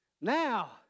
Now